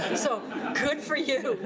so good for you.